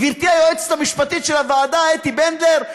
גברתי היועצת המשפטית של הוועדה אתי בנדלר,